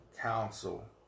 Council